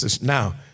Now